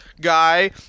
guy